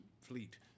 fleet